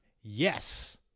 yes